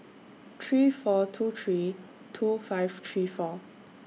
three four two three two five three four